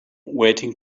waiting